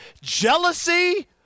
Jealousy